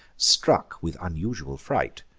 struck with unusual fright,